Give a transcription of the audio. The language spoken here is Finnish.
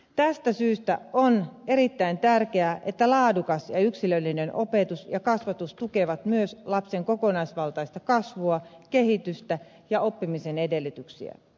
tästä syystä on erittäin tärkeää että laadukas ja yksilöllinen opetus ja kasvatus tukevat myös lapsen kokonaisvaltaista kasvua kehitystä ja oppimisen edellytyksiä